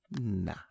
Nah